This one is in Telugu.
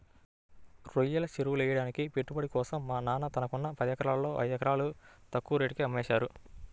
రొయ్యల చెరువులెయ్యడానికి పెట్టుబడి కోసం మా నాన్న తనకున్న పదెకరాల్లో ఐదెకరాలు తక్కువ రేటుకే అమ్మేశారు